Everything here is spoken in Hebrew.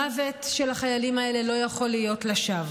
המוות של החיילים האלה לא יכול להיות לשווא.